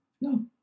no